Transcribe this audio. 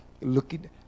looking